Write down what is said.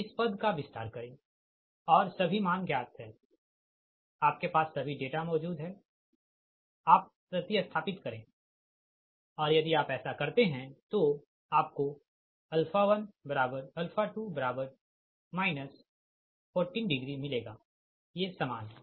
इस पद का विस्तार करें और सभी मान ज्ञात है आपके पास सभी डेटा मौजूद है आप प्रति स्थापित करे और यदि आप ऐसा करते हैं तो आपको 12 14 मिलेगा ये समान है